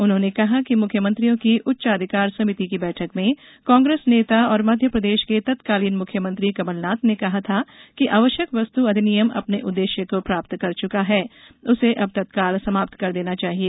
उन्होंने कहा कि मुख्यमंत्रियों की उच्चाधिकार समिति की बैठक में कांग्रेस नेता और मध्यप्रदेश के तत्कालीन मुख्यमंत्री कमलनाथ ने कहा था कि आवश्यक वस्त अधिनियम अपने उद्देश्य को प्राप्त कर चुका है उसे अब तत्काल समाप्त कर देना चाहिए